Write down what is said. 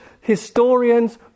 historians